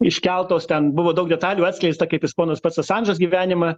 iškeltos ten buvo daug detalių atskleista kaip jis ponas pats asandžas gyvenimą